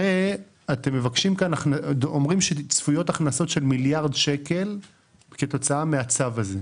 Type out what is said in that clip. הרי אתם אומרים שצפויות הכנסות של מיליארד שקל כתוצאה מהצו הזה,